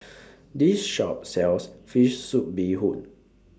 This Shop sells Fish Soup Bee Hoon